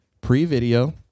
pre-video